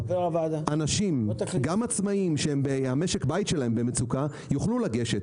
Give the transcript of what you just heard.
גם עצמאים שמשק הבית שלהם במצוקה יוכלו לגשת,